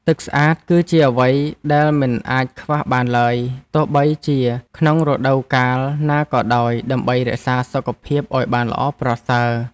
ទឹកស្អាត គឺជាអ្វីដែលមិនអាចខ្វះបានឡើយទោះបីជាក្នុងរដូវកាលណាក៏ដោយដើម្បីរក្សាសុខភាពឱ្យបានល្អប្រសើរ។